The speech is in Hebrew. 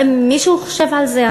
האם מישהו חשב על זה?